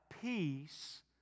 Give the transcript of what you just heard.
peace